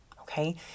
okay